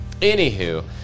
anywho